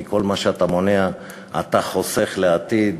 כי כל מה שאתה מונע אתה חוסך לעתיד,